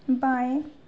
बाएँ